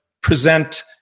present